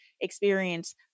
experience